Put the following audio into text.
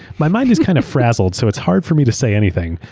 my mind is kind of frazzled so it's hard for me to say anything,